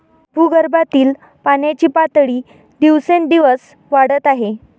भूगर्भातील पाण्याची पातळी दिवसेंदिवस वाढत आहे